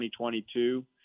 2022